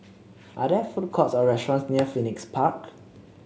are there food courts or restaurants near Phoenix Park